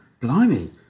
Blimey